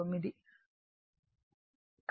39